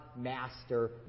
master